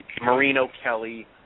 Marino-Kelly